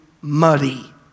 muddy